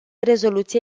rezoluție